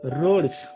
roads